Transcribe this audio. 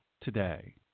today